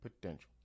potential